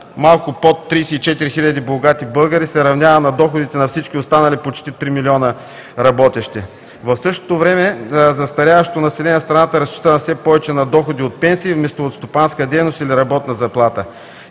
малко под 34 хиляди богати българи се равнява на доходите на всички останали почти три милиона работещи. В същото време застаряващото население в страната разчита все повече на доходи от пенсии, вместо от стопанска дейност или работна заплата.